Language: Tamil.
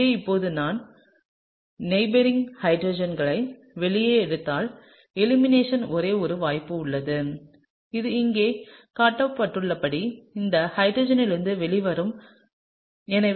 எனவே இப்போது நான் நெயிபெரிங் ஹைட்ரஜன்களை வெளியே எடுத்தால் எலிமினேஷன் ஒரே ஒரு வாய்ப்பு உள்ளது இது இங்கே காட்டப்பட்டுள்ளபடி இந்த ஹைட்ரஜனிலிருந்து வருகிறது